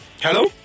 Hello